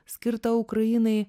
skirta ukrainai